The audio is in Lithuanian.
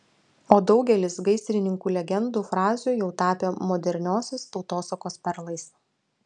o daugelis gaisrininkų legendų frazių jau tapę moderniosios tautosakos perlais